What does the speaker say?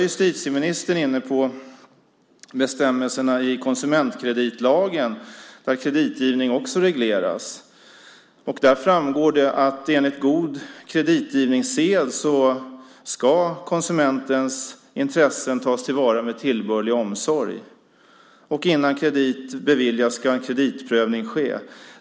Justitieministern var också inne på bestämmelserna i konsumentkreditlagen, där kreditgivning också regleras. Där framgår det att enligt god kreditgivningssed ska konsumentens intressen tas till vara med tillbörlig omsorg. Innan kredit beviljas ska en kreditprövning ske.